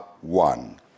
one